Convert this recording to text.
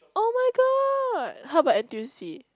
oh my god how about n_t_u_c